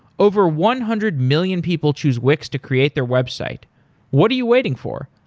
over one hundred-million people choose wix to create their website what are you waiting for?